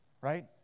right